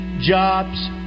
Jobs